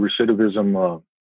recidivism